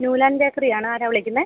Newland bakery ആണ് ആരാണ് വിളിക്കുന്നത്